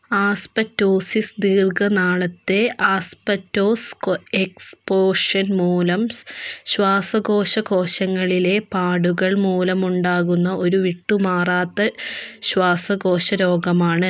asbestosis ദീർഘനാളത്തെ asbestos exposure മൂലം ശ്വാസകോശ കോശങ്ങളിലെ പാടുകൾ മൂലമുണ്ടാകുന്ന ഒരു വിട്ടുമാറാത്ത ശ്വാസകോശ രോഗമാണ്